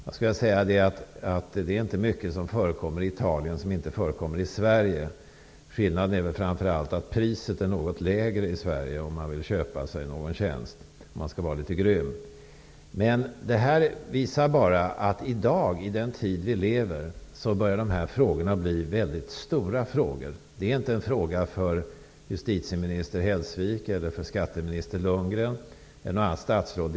Jag skulle vilja säga att det inte är mycket som förekommer i Italien som inte förekommer i Sverige. Skillnaden är framför allt att priset är något lägre i Sverige om man vill köpa sig en tjänst -- om jag skall vara litet grym. Detta visar bara att de här frågorna i dag, i den tid vi lever, börjar bli mycket stora. Det är inte en fråga för justitieminister Hellsvik, för skatteminister Lundgren eller för något annat statsråd.